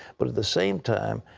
but at the same time,